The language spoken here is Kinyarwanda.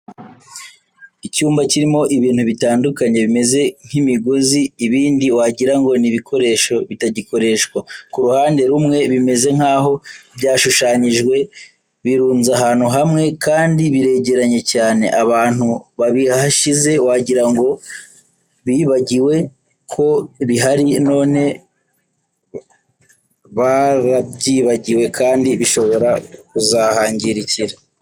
Icyumba kirimo ibintu bitandukanye bimeze nk'imigozi ibindi wagira ngo ni ibikoresho bitagikoreshwa, ku ruhande rumwe bimeze nkaho byashushanyijwe, birunze ahantu hamwe kandi biregeranye cyane, abantu babihashyize wagira ngo bibagiwe ko bihari none barabyibagiwe kandi bishobora kuzahangirikira.